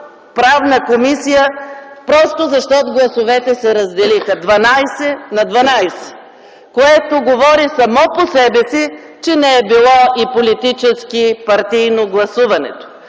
Правната комисия просто защото гласовете се разделиха – 12:12, което говори само по себе си, че не е било и политически партийно гласуването.